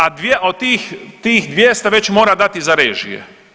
A od tih, tih 200 već mora dati za režije.